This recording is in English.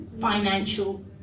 financial